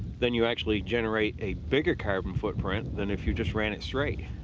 then you actually generate a bigger carbon footprint than if you just ran it straight.